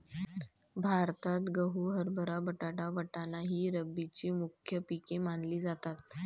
भारतात गहू, हरभरा, बटाटा, वाटाणा ही रब्बीची मुख्य पिके मानली जातात